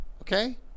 Okay